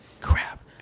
Crap